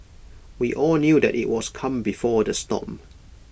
we all knew that IT was calm before the storm